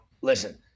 listen